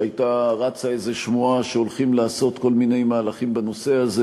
שרצה איזו שמועה שהולכים לעשות כל מיני מהלכים בנושא הזה,